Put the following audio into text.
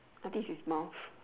I think his mouth